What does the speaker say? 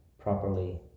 properly